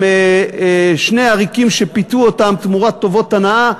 עם שני עריקים שפיתו אותם תמורת טובות הנאה,